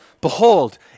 Behold